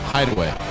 Hideaway